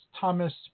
Thomas